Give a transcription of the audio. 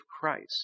Christ